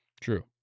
True